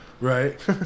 right